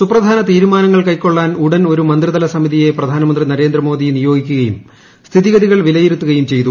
സുപ്രധാന തീരുമാനങ്ങൾ കൈക്കൊള്ളാൻ ഉടൻ ഒരു മന്ത്രിതല സമിതിയെ പ്രധാനമന്ത്രി നരേന്ദ്രമോദി നിയോഗിക്കുകയും സ്ഥിതിഗതികൾ വിലയിരുത്തുകയും ചെയ്തു